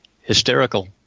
hysterical